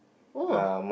oh